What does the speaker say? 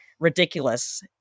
ridiculous